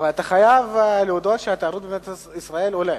אבל אתה חייב להודות שהתיירות במדינת ישראל עולה.